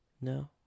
No